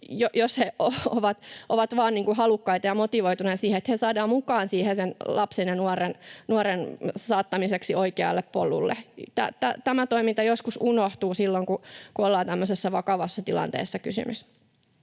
jos he vain ovat halukkaita ja motivoituneita siihen, saadaan siinä tilanteessa mukaan lapsen tai nuoren saattamiseen oikealle polulle. Tämä toiminta joskus unohtuu silloin kun ollaan tämmöisessä vakavassa tilanteessa.